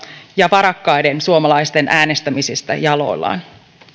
ja varakkaiden suomalaisten äänestämisestä jaloillaan